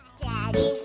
Daddy